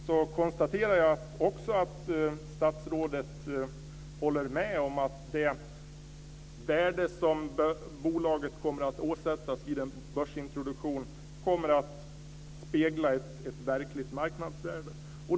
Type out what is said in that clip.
Jag konstaterar att statsrådet håller med om att det värde som Telia-Telenor kommer att åsättas vid en börsintroduktion kommer att spegla ett verkligt marknadsvärde.